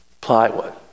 plywood